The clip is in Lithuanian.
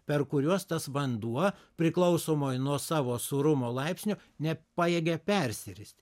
per kuriuos tas vanduo priklausomoj nuo savo sūrumo laipsnio nepajėgia persiristi